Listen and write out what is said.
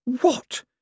What